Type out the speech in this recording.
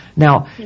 Now